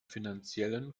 finanziellen